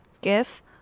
give